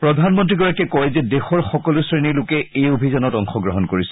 প্ৰধানমন্ত্ৰীগৰাকীয়ে কয় যে দেশৰ সকলো শ্ৰেণীৰ লোকে এই অভিযানত অংশগ্ৰহণ কৰিছে